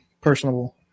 personable